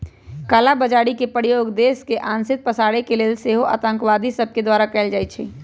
कला बजारी के प्रयोग देश में अशांति पसारे के लेल सेहो आतंकवादि सभके द्वारा कएल जाइ छइ